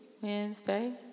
Wednesday